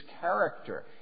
character